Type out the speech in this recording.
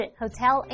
Hotel